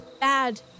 bad